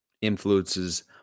influences